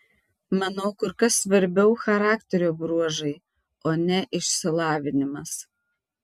manau kur kas svarbiau charakterio bruožai o ne išsilavinimas